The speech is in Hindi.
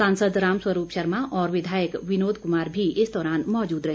सांसद राम स्वरूप शर्मा और विधायक विनोद कुमार भी इस दौरान मौजूद रहे